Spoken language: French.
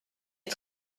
est